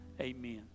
Amen